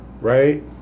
right